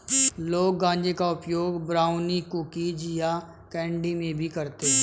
लोग गांजे का उपयोग ब्राउनी, कुकीज़ या कैंडी में भी करते है